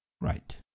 Right